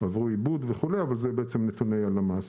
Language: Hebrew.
הם עברו עיבוד וכו', אבל אלה נתוני הלמ"ס.